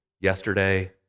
yesterday